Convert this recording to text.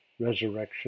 resurrection